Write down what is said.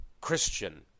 Christian